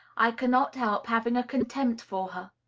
i cannot help having a contempt for her.